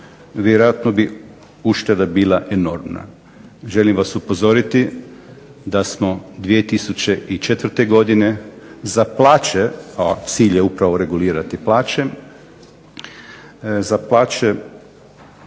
vjerojatno bi ušteda bila enormna. Želim vas upozoriti da smo 2004. godine za plaće, a cilj je upravo regulirati plaće, za plaće